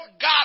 God